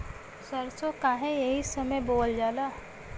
सरसो काहे एही समय बोवल जाला?